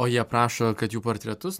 o jie prašo kad jų portretus